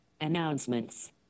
Announcements